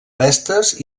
restes